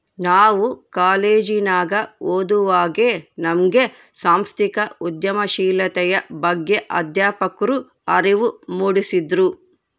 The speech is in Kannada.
ನಾವು ಕಾಲೇಜಿನಗ ಓದುವಾಗೆ ನಮ್ಗೆ ಸಾಂಸ್ಥಿಕ ಉದ್ಯಮಶೀಲತೆಯ ಬಗ್ಗೆ ಅಧ್ಯಾಪಕ್ರು ಅರಿವು ಮೂಡಿಸಿದ್ರು